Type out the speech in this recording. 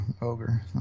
ogre